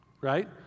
right